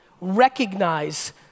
recognize